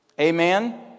Amen